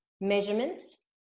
measurements